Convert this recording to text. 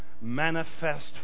manifest